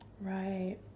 Right